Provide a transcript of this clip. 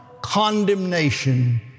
condemnation